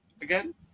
again